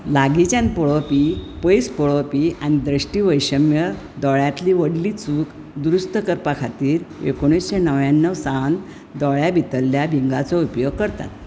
लागींच्यान पळोवपी पयस पळोवपी आनी दृष्टिवैषम्य दोळ्यांतली व्हडली चूक दुरुस्त करपा खातीर एकोणिशें णव्याणव सावन दोळ्यां भितरल्या भिंगांचो उपयोग करतात